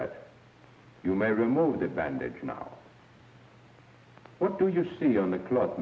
that you may remove that bandage now what do you see on the club